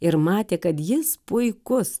ir matė kad jis puikus